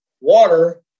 water